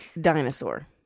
Dinosaur